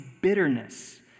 bitterness